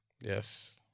Yes